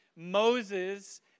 Moses